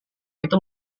itu